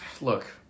look